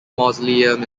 mausoleum